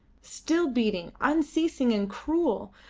still beating unceasing and cruel.